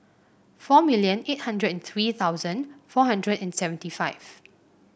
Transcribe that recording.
four million eight hundred and three thousand four hundred and seventy five